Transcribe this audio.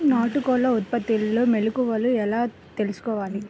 నాటుకోళ్ల ఉత్పత్తిలో మెలుకువలు ఎలా తెలుసుకోవాలి?